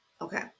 Okay